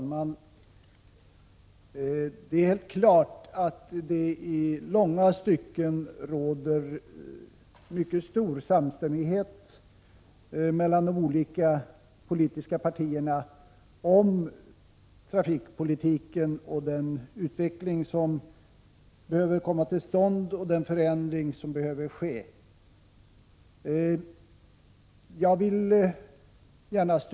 Fru talman! Det är helt klart att det i långa stycken råder en mycket stor samstämmighet mellan de olika politiska partierna om trafikpolitiken och den utveckling och den förändring som behöver komma till stånd.